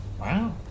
Wow